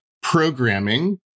programming